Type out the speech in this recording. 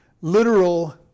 literal